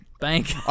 bank